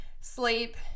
sleep